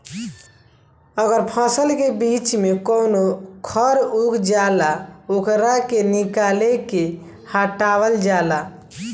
अगर फसल के बीच में कवनो खर उग जाला ओकरा के निकाल के हटावल जाला